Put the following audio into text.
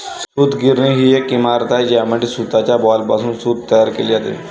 सूतगिरणी ही एक इमारत आहे ज्यामध्ये सूताच्या बॉलपासून सूत तयार केले जाते